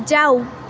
जाऊ